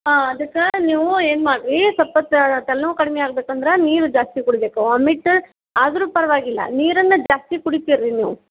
ಹಾಂ ಅದಕೆ ನೀವು ಏನು ಮಾಡಿರಿ ಸ್ವಲ್ಪ ತಲ್ನೋವು ಕಡಿಮೆ ಆಗ್ಬೇಕಂದ್ರೆ ನೀರು ಜಾಸ್ತಿ ಕುಡಿಬೇಕು ವಾಮಿಟ್ ಆದರೂ ಪರ್ವಾಗಿಲ್ಲ ನೀರನ್ನು ಜಾಸ್ತಿ ಕುಡಿತಿರಿ ರೀ ನೀವು